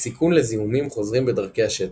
סיכון לזיהומים חוזרים בדרכי השתן.